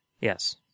Yes